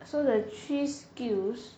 so the three skills